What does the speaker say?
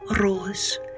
rose